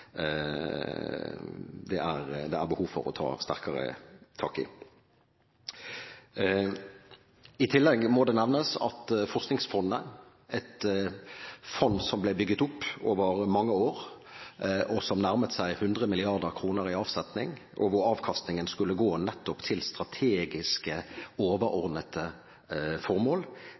ta sterkere tak i. I tillegg må det nevnes at Forskningsfondet, et fond som ble bygget opp over mange år, og som nærmet seg 100 mrd. kr i avsetning, og hvor avkastningen skulle gå nettopp til strategiske, overordnede formål,